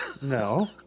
No